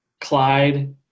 Clyde